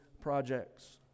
projects